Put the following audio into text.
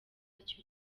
aricyo